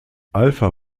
alpha